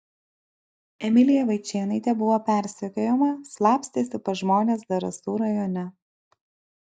emilija vaičėnaitė buvo persekiojama slapstėsi pas žmones zarasų rajone